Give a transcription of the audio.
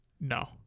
No